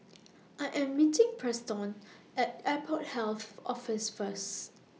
I Am meeting Preston At Airport Health Office First